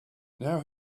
now